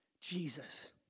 Jesus